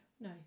No